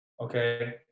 Okay